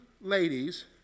ladies